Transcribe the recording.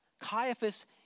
Caiaphas